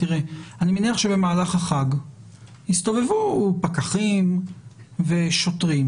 אני מניח שבמהלך החג יסתובבו פקחים ושוטרים